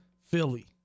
Philly